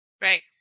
Right